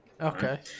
Okay